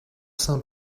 saint